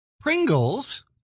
Pringles